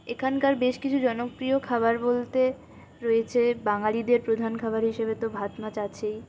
এখানকার বেশ কিছু জনপ্রিয় খাবার বলতে রয়েছে বাঙালিদের প্রধান খাবার হিসেবে তো ভাত মাছ আছেই